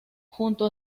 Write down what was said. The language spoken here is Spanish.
junto